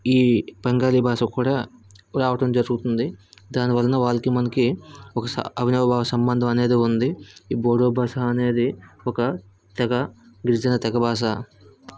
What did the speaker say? ఈ బెంగాలీ భాష కూడా రావటం జరుగుతుంది దానివలన వాళ్ళకి మనకి ఒక స అవినాభావ సంబంధం అనేది ఉంది ఈ బోడో బాషా అనేది ఒక తెగ గిరిజన తెగ బాష